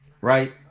right